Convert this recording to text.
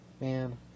man